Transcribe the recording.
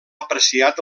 apreciat